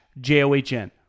j-o-h-n